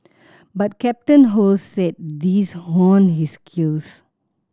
but Captain Ho said these honed his skills